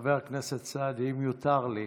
חבר הכנסת סעדי, אם יותר לי,